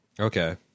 okay